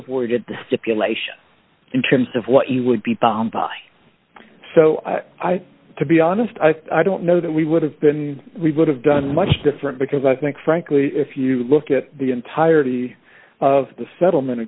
avoided the stipulation in terms of what you would be bombed by so to be honest i don't know that we would have been we would have done much different because i think frankly if you look at the entirety of the settlement